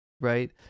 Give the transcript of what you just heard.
Right